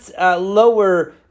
lower